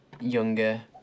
younger